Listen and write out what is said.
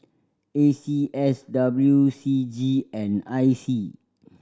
A C S W C G and I C